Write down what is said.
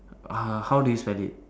uh how do you spell it